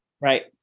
Right